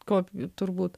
kopijų turbūt